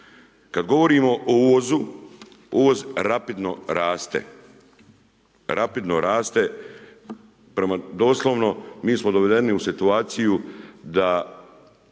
Kada govorimo o uvozu, uvoz rapidno raste. Rapidno raste, doslovno, mi smo dovedeni u situaciju, da